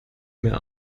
mehr